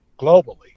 globally